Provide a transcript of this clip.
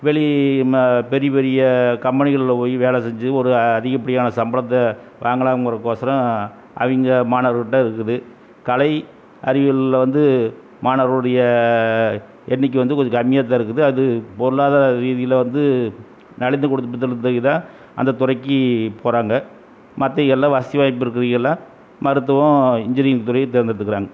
வெளி மா பெரிய பெரிய கம்பெனிகளில் போய் வேலை செஞ்சு ஒரு அதிகப்படியான சம்பளத்தை வாங்காலாங்கிறக்கோசரம் அவங்க மாணவர்கிட்டே இருக்குது கலை அறிவியலில் வந்து மாணவர்களுடைய எண்ணிக்கை வந்து கொஞ்சம் கம்மியாகத்தான் இருக்குது அது பொருளாதார ரீதியில் வந்து நலிந்து கொடுத்துட்டு தான் அந்த துறைக்கு போகிறாங்க மற்றவிகயெல்லாம் வசதி வாய்ப்பு இருக்கிறவிங்கயெல்லாம் மருத்துவம் இன்ஜீனியரிங் துறையை தேர்ந்தெடுத்துக்கிறாங்க